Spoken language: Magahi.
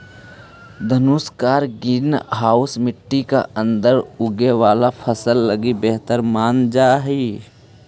धनुषाकार ग्रीन हाउस मट्टी के अंदर उगे वाला फसल लगी बेहतर मानल जा हइ